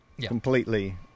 completely